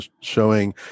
showing